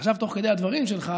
עכשיו, תוך כדי הדברים שלך,